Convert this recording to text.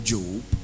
Job